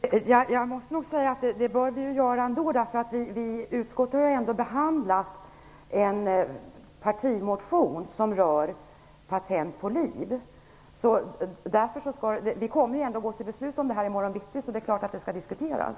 Herr talman! Jag måste nog ändå säga att vi bör göra det. Utskottet har ju i det här sammanhanget behandlat en partimotion som rör patent på liv, och vi kommer att gå till beslut i det ärendet i morgon bitti, så det är klart att det skall diskuteras!